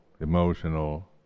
emotional